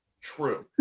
True